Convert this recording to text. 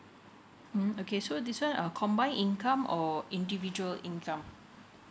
mm okay so this one err combine income or individual income